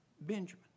Benjamin